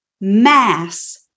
mass